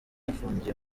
afungiye